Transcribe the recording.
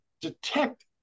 detect